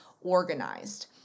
organized